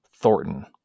Thornton